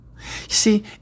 See